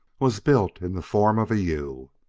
was built in the form of a u.